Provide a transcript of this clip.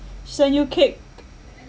send you cake